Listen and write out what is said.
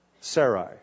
Sarai